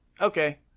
Okay